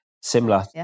Similar